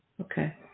Okay